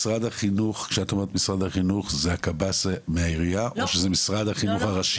מדובר בנציגות של משרד החינוך בעירייה או במשרד החינוך הראשי?